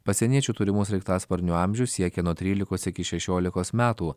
pasieniečių turimų sraigtasparnių amžius siekia nuo trylikos iki šešiolikos metų